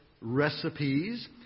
recipes